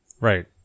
Right